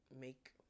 make